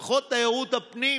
לפחות תיירות הפנים.